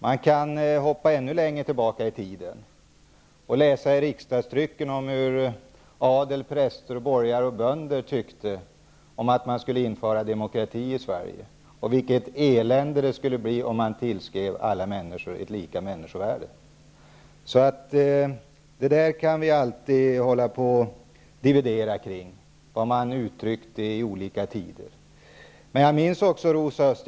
Man kan hoppa ännu längre tillbaka i tiden och läsa i riksdagstrycket om vad adel, präster, borgare och bönder tyckte om att införa demokrati i Sverige och vilket elände det skulle bli om man tillskrev alla människor lika värde. Så vi kan alltid hålla på och dividera kring åsikter som kommit till uttryck under olika tider. Men jag minns också, Rosa Östh.